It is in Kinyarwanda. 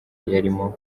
yarimo